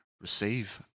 receive